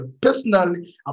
personally